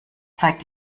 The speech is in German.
zeigt